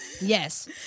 Yes